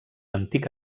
antic